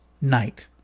night